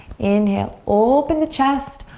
inhale. open the chest.